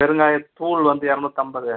பெருங்காயத்தூள் வந்து இரநூத்தம்பது